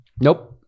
Nope